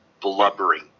blubbering